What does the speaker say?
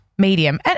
medium